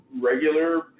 regular